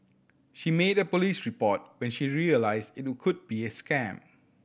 she made a police report when she realised it could be a scam